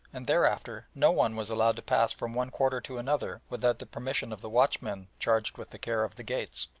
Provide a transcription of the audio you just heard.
and thereafter no one was allowed to pass from one quarter to another without the permission of the watchmen charged with the care of the gates.